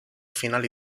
finali